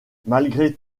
malgré